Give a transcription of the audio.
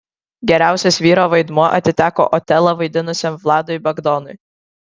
geriausias vyro vaidmuo atiteko otelą vaidinusiam vladui bagdonui